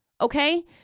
Okay